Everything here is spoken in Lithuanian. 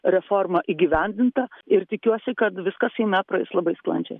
reforma įgyvendinta ir tikiuosi kad viskas seime praeis labai sklandžiai